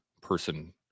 person